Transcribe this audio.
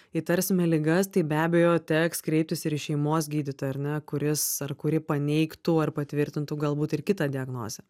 įtarsime ligas tai be abejo teks kreiptis ir į šeimos gydytoją ar ne kuris ar kuri paneigtų ar patvirtintų galbūt ir kitą diagnozę